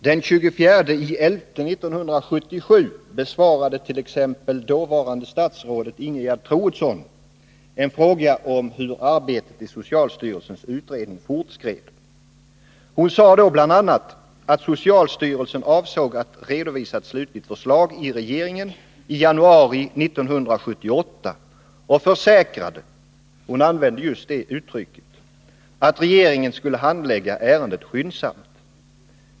Den 24 november 1977 besvarade t.ex. dåvarande statsrådet Ingegerd Troedsson en fråga om hur arbetet i socialstyrelsens utredning fortskred. Hon sade då bl.a. att socialstyrelsen avsåg att redovisa ett slutligt förslag för regeringen i januari 1978 och försäkrade — hon använde just det uttrycket — att regeringen skulle handlägga ärendet skyndsamt.